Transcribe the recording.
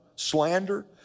Slander